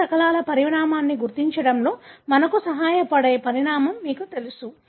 ఇతర శకలాల పరిమాణాన్ని గుర్తించడంలో మనకు సహాయపడే పరిమాణం మీకు తెలుసు